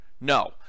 No